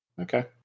okay